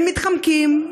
הם מתחמקים.